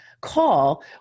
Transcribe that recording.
call